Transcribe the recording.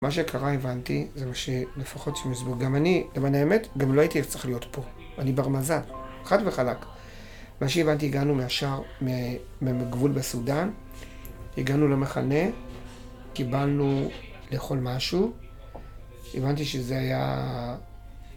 מה שקרה, הבנתי, זה מה שלפחות שמסבור, גם אני, למען האמת, גם לא הייתי צריך להיות פה, אני בר מזל, חד וחלק. מה שהבנתי, הגענו מהשאר, מהגבול בסודאן, הגענו למחנה, קיבלנו לאכול משהו. הבנתי שזה היה...